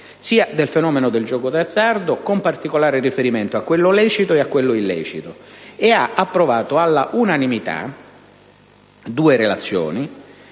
del fenomeno del gioco d'azzardo, con particolare riferimento a quello lecito e a quello illecito, e ha approvato all'unanimità due relazioni